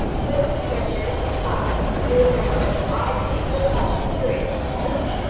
when these searchers had come, doing their work so idly, with such incurious futility,